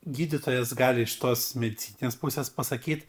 gydytojas gali iš tos medicininės pusės pasakyt